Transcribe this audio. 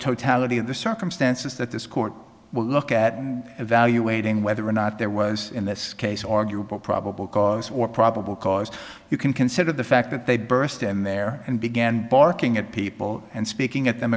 totality of the circumstances that this court will look at evaluating whether or not there was in this case arguable probable cause or probable cause you can consider the fact that they burst in there and began barking at people and speaking at them